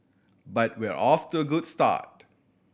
but we're off to a good start